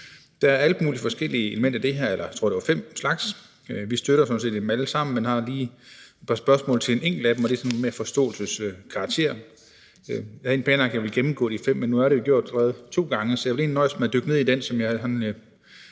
Der er alle mulige forskellige elementer i det her, eller jeg tror, det var fem, og vi støtter sådan set dem alle sammen, men har lige et par spørgsmål til et enkelt af dem, og det er mere af forståelseskarakter. Jeg havde egentlig planlagt, jeg ville gennemgå de fem, men nu er det jo gjort to gange, så jeg vil nøjes med at dykke ned i en enkelt,